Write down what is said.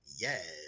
Yes